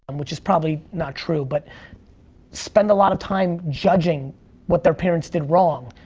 and which is probably not true but spend a lot of time judging what their parents did wrong,